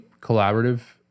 collaborative